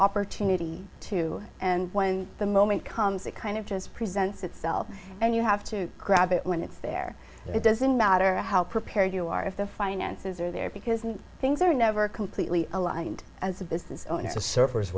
opportunity to and when the moment comes it kind of just presents itself and you have to grab it when it's there it doesn't matter how prepared you are if the finances are there because things are never completely aligned as a business owner surfer